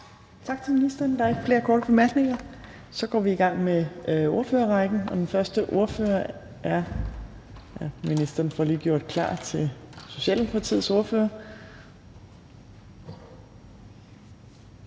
Tak til ministeren. Der er ikke flere korte bemærkninger. Så går vi i gang med ordførerrækken, og ministeren får lige gjort klar til Socialdemokratiets ordfører,